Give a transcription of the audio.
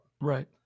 right